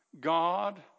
God